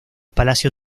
palacio